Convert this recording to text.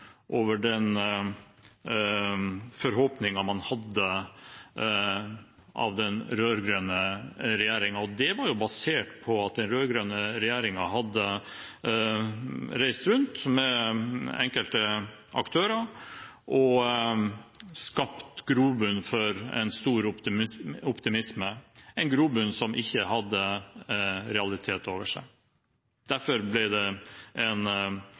over den forhåpningen man hadde hatt til den rød-grønne regjeringen. Det var basert på at den rød-grønne regjeringen hadde reist rundt med enkelte aktører og skapt grobunn for stor optimisme – en grobunn som ikke hadde realitet i seg. Derfor ble det en